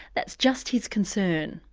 that's just his concern.